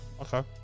Okay